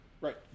Right